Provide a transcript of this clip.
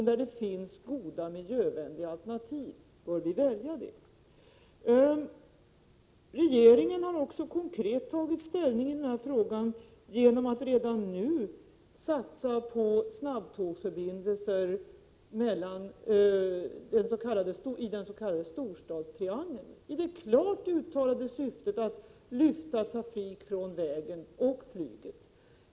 Där det finns goda miljövänliga alternativ bör vi välja dem. Regeringen har också konkret tagit ställning i den här frågan genom att redan nu satsa på snabbtågsförbindelser i den s.k. storstadstriangeln, i det klart uttalade syftet att lyfta trafik från vägen och flyget.